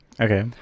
Okay